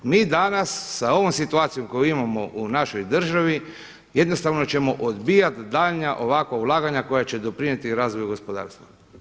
Mi danas sa ovom situacijom koju imamo u našoj državi jednostavno ćemo odbijati daljnja ovako ulaganja koja će doprinijeti razvoju gospodarstva.